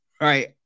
right